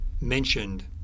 mentioned